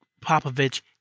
Popovich